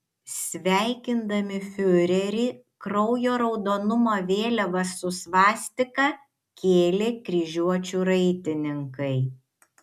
sveikindami fiurerį kraujo raudonumo vėliavas su svastika kėlė kryžiuočių raitininkai